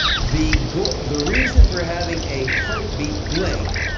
the go the reason for having a heartbeat blink